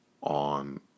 on